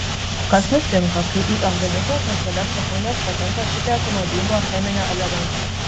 kas nutinka kai į organizmą per kelias sekundes patenka šitiek nuodingo cheminio elemento